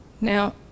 Now